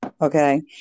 okay